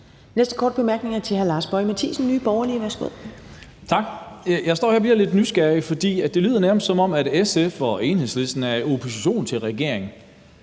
næste korte bemærkning er til hr. Lars Boje Mathiesen, Nye Borgerlige. Værsgo. Kl. 13:49 Lars Boje Mathiesen (NB): Tak. Jeg står her og bliver lidt nysgerrig, for det lyder nærmest, som om SF og Enhedslisten er i opposition til regeringen,